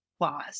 laws